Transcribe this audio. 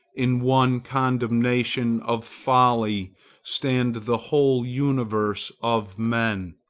in one condemnation of folly stand the whole universe of men.